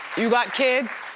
you got kids?